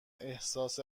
احساس